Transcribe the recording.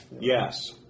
Yes